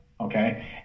Okay